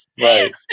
Right